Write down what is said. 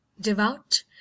devout